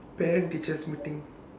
parent-teacher's meeting